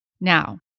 Now